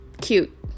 cute